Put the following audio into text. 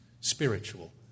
spiritual